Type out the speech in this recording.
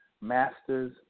Masters